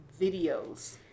videos